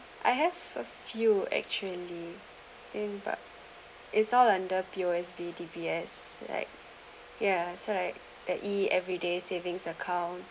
I have a few actually thing but is all under P_O_S_B D_B_S like ya so like that e everyday savings account